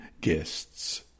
guests